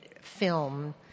film